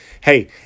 Hey